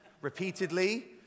repeatedly